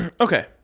Okay